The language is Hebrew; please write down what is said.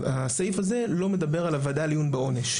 הסעיף הזה לא מדבר על הוועדה לעיון בעונש,